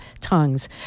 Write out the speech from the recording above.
tongues